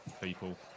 people